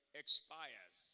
expires